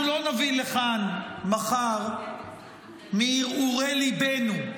אנחנו לא נביא לכאן מחר מהרהורי ליבנו,